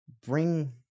bring